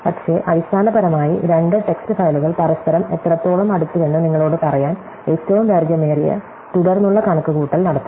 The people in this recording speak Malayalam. പക്ഷേ അടിസ്ഥാനപരമായി രണ്ട് ടെക്സ്റ്റ് ഫയലുകൾ പരസ്പരം എത്രത്തോളം അടുത്തുവെന്ന് നിങ്ങളോട് പറയാൻ ഏറ്റവും ദൈർഘ്യമേറിയ തുടർന്നുള്ള കണക്കുകൂട്ടൽ നടത്തുന്നു